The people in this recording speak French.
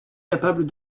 capable